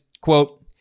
quote